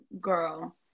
girl